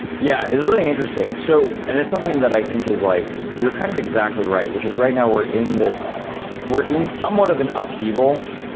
yeah. it's really interesting. so and it's something that i think is like you're kind of exactly right, which is right now we're in this we're in somewhat of an upheaval,